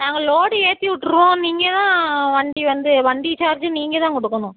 நாங்கள் லோடு ஏற்றி விட்ருவோம் நீங்கள் தான் வண்டி வந்து வண்டி சார்ஜு நீங்கள் தான் கொடுக்கணும்